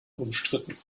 umstritten